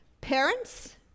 Parents